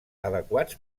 adequats